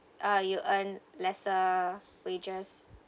uh you earn lesser wages